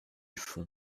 fond